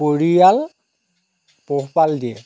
পৰিয়াল পোহপাল দিয়ে